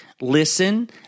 Listen